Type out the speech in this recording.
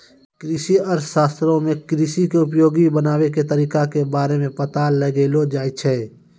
कृषि अर्थशास्त्रो मे कृषि के उपयोगी बनाबै के तरिका के बारे मे पता लगैलो जाय छै